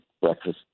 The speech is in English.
breakfast